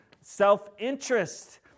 self-interest